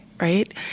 right